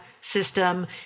system